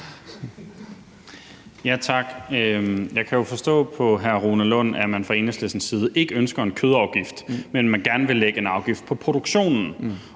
Jeg kan jo forstå på hr. Rune Lund, at man fra Enhedslistens side ikke ønsker en kødafgift, men at man gerne vil lægge en afgift på produktionen.